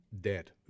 dead